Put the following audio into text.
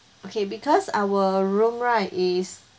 okay because our room right is